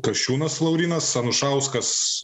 kasčiūnas laurynas anušauskas